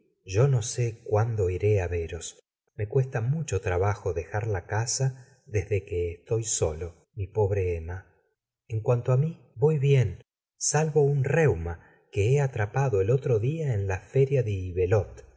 yo no se cuándo iré á veros me cuesta mucho trabajo dejar la casa desde que estoy solo mi pobre emma en cuanto á mi voy bien salvo un reuma que he atrapado el otro día en la feria de